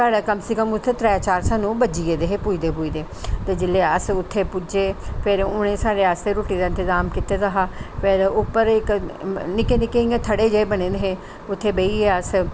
साढ़े कम से कम उत्थै त्रै चार स्हानू बज्जी गेदे हे पुजदे पुजदे ते जिसले अस उत्थे पुज्जे फिर उनें साढ़े आस्तै रुट्टी दा इंतजाम कीते दा हा फिर उप्पर इक निक्के निक्के इयां थढ़े जेह बने दे हे उत्थै बेही गे अस